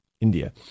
India